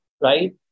right